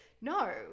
no